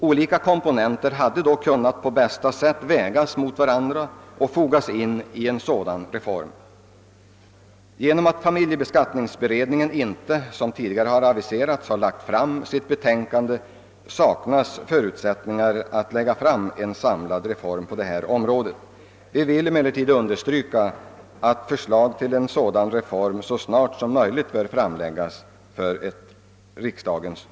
Olika komponenter hade då kunnat på bästa sätt vägas mot varandra och fogas in i en sådan reform. På grund av att familjebeskattningsberedningen inte såsom tidigare aviserats har avgivit sitt betänkande saknas förubsättningar för en samlad reform på detta område. Vi vill emellertid understryka att förslag till en sådan åtgärd så snart som möjligt bör framläggas för beslut av riksdagen.